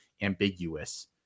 ambiguous